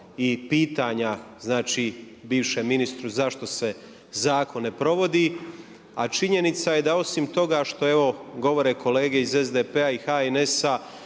i pitanja, znači bivšem ministru zašto se zakon ne provodi. A činjenica je da osim toga što evo govore kolege iz SDP-a i HNS-a